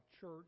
church